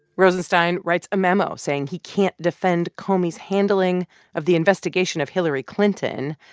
rosenstein writes a memo saying he can't defend comey's handling of the investigation of hillary clinton,